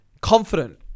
confident